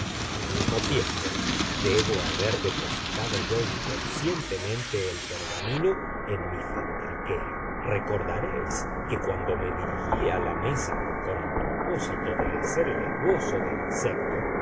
al mismo tiempo debo haber depositado yo inconscientemente el pergamino en mi faltriquera recordaréis que cuando me dirigí a la mesa con el propósito de hacer el esbozo del insecto